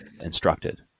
instructed